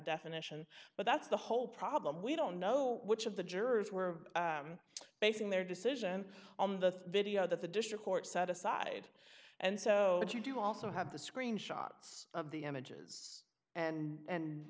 definition but that's the whole problem we don't know which of the jurors were basing their decision on the video that the district court set aside and so you do also have the screenshots of the images and